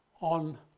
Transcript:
on